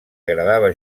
agradava